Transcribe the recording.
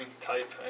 type